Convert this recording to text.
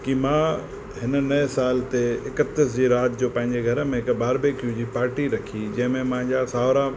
कि मां हिन नए साल ते एकटीह जी राति जो पंहिंजे घर में हिकु बारबेक्यू जी हिकु पार्टी रखी जंहिं में मुंहिंजा साहुरा